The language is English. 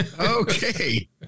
Okay